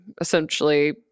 essentially